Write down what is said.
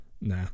Nah